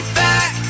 back